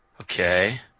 Okay